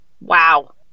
Wow